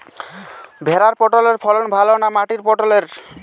ভেরার পটলের ফলন ভালো না মাটির পটলের?